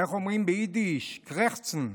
איך אומרים ביידיש, קרעכצן.